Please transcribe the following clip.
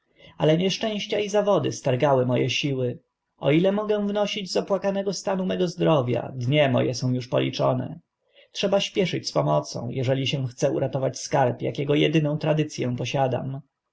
ale nieszczęścia i zawody stargały mo e siły o ile mogę wnosić z opłakanego stanu mego zdrowia dnie mo e są uż policzone trzeba śpieszyć z pomocą eżeli się chce uratować skarb akiego edyną tradyc ę posiadam